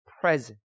present